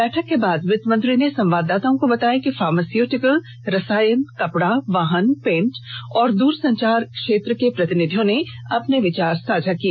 बैठक के बाद वित्त मंत्री ने संवाददाताओं को बताया कि फार्मास्युटिकल रसायन कपड़ा वाहन पेन्ट और दूर संचार क्षेत्र के प्रतिनिधियों ने अपने विचार साझा किए